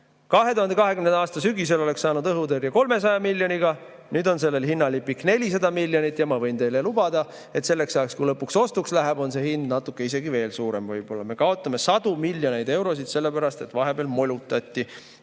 2020. aasta sügisel oleks saanud õhutõrje 300 miljoniga, nüüd on sellel hinnalipik 400 miljonit ja ma võin teile lubada, et selleks ajaks, kui lõpuks ostuks läheb, on see hind isegi natuke veel suurem. Me kaotame sadu miljoneid eurosid sellepärast, et vahepeal molutati.